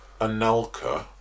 Anelka